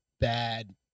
bad